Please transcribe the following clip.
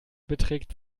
beträgt